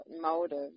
motive